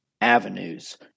avenues